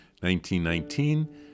1919